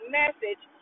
message